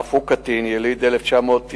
אף הוא קטין יליד 1994,